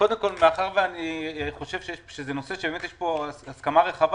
מאחר ואני חושב שזה נושא שיש לגביו הסכמה רחבה